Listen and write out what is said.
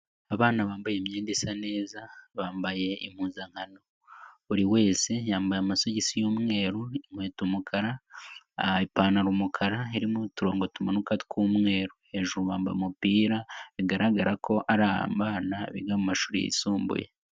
Abana bambaye imyenda isa neza, bambaye impuzankano, buri wese yambaye amasogisi y'umweru, inkweto umukara, ipantaro umukara harimo uturongo tumanuka tw'umweru, hejuru bambaye umupira bigaragara ko ari abana biga mu mashuri yisumbuye.